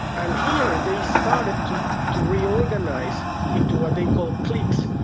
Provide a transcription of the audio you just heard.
and here they started to to reorganise into what they call cliques,